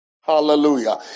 Hallelujah